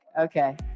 Okay